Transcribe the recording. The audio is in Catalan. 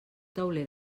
tauler